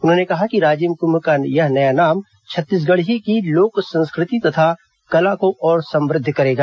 उन्होंने कहा कि राजिम कुंभ का यह नया नाम छत्तीसगढ़ की लोक संस्कृति तथा कला को और समुद्ध करेगा